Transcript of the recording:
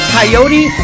Coyote